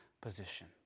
position